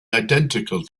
identical